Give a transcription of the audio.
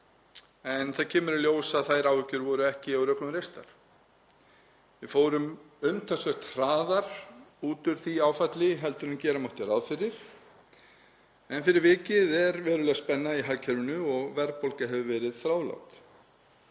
en það kemur í ljós að þær áhyggjur voru ekki á rökum reistar. Við fórum umtalsvert hraðar út úr því áfalli heldur en gera mátti ráð fyrir en fyrir vikið er veruleg spenna í hagkerfinu og verðbólga hefur verið þrálát.